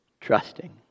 trusting